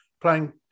playing